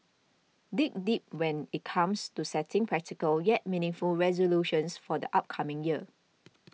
dig deep when it comes to setting practical yet meaningful resolutions for the upcoming year